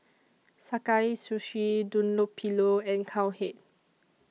Sakae Sushi Dunlopillo and Cowhead